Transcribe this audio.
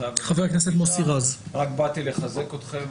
רק באתי לחזק אתכם,